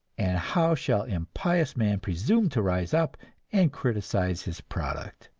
and how shall impious man presume to rise up and criticize his product,